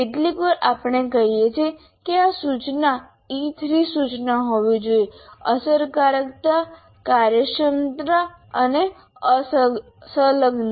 કેટલીકવાર આપણે કહીએ છીએ કે આ સૂચના E3 સૂચના હોવી જોઈએ અસરકારકતા કાર્યક્ષમતા અને સંલગ્ન